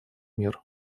мер